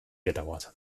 gedauert